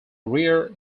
rear